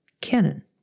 canon